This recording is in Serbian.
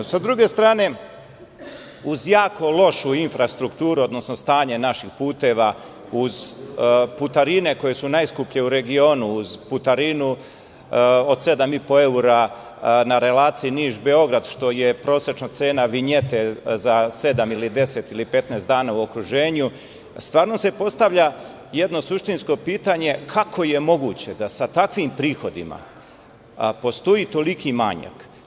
S druge strane, uz jako lošu infrastrukturu, odnosno stanje naših puteva, uz putarine koje su najskuplje u regionu, uz putarinu od 7,5 evra na relaciji Niš- Beograd, što je prosečna cena vinjete za sedam, deset ili petnaest dana u okruženju, postavlja se jedno suštinsko pitanje – kako je moguće da sa takvim prihodima postoji toliki manjak?